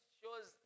shows